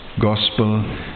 Gospel